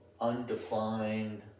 undefined